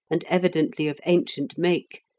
and evidently of ancient make,